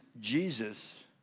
Jesus